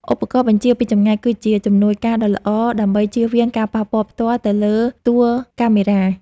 ឧបករណ៍បញ្ជាពីចម្ងាយគឺជាជំនួយការដ៏ល្អដើម្បីជៀសវាងការប៉ះពាល់ផ្ទាល់ទៅលើតួកាមេរ៉ា។